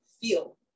feel